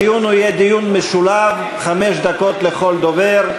הדיון יהיה דיון משולב, חמש דקות לכל דובר,